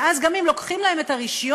ואז, גם אם לוקחים להם את הרישיון,